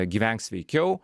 gyvenk sveikiau